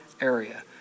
area